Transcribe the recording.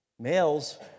Males